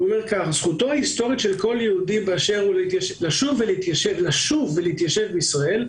"זכותו ההיסטורית של כל יהודי באשר הוא לשוב ולהתיישב בישראל.